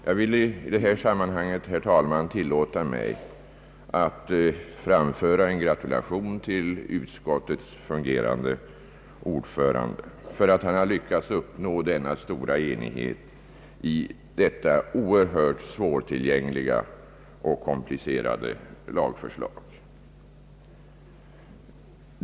Jag vill i detta sammanhang, herr talman, tillåta mig att framföra en gratulation till utskottets fungerande ordförande för att han har lyckats uppnå så stor enighet om detta oerhört svårtillgängliga och komplicerade lagförslag.